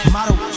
Model